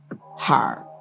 hard